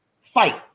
fight